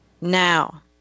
now